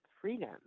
freedom